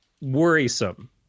worrisome